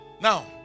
Now